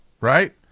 right –